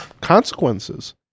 consequences